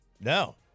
No